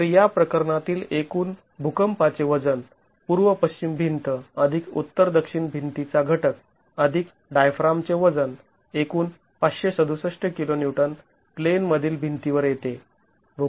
तर या प्रकरणातील एकूण भुकंपाचे वजन पूर्व पश्चिम भिंत अधिक उत्तर दक्षिण भिंतीचा घटक अधिक डायफ्रामचे वजन एकूण ५६७ kN प्लेनमधील भिंतीवर येते